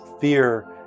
fear